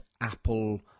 Apple